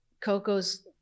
Coco's